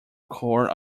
core